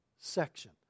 section